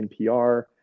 NPR